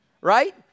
Right